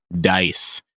dice